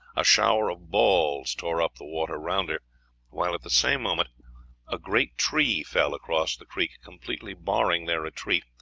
a shower of balls tore up the water round her while at the same moment a great tree fell across the creek, completely barring their retreat,